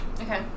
Okay